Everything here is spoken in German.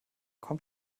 kommt